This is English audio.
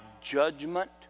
judgment